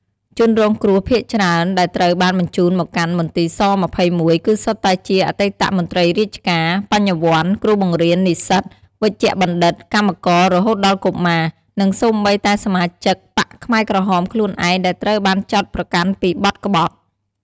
ជនរងគ្រោះភាគច្រើនដែលត្រូវបានបញ្ជូនមកកាន់មន្ទីរស-២១ គឺសុទ្ធតែជាអតីតមន្ត្រីរាជការ បញ្ញវន្ត គ្រូបង្រៀន និស្សិត វេជ្ជបណ្ឌិត កម្មករ រហូតដល់កុមារ និងសូម្បីតែសមាជិកបក្សខ្មែរក្រហមខ្លួនឯងដែលត្រូវបានចោទប្រកាន់ពីបទក្បត់។